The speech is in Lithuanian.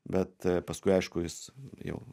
bet paskui aišku jis jau